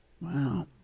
Wow